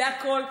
זה הכול.